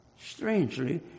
strangely